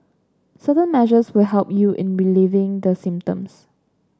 certain measures will help you in relieving the symptoms